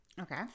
Okay